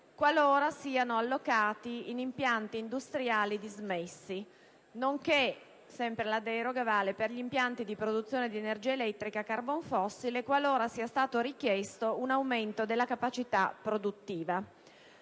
qualora siano allocati in impianti industriali dismessi, nonché per impianti di produzione di energia elettrica a carbon fossile qualora sia stato richiesto un aumento della capacità produttiva.